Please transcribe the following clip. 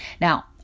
Now